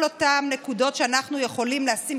לבחון את כל אותן נקודות שאנחנו יכולים לשים,